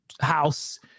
house